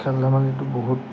খেল ধেমালিটো বহুত